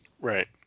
right